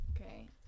Okay